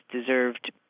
deserved